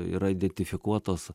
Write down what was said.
yra identifikuotos